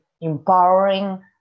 empowering